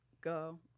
Go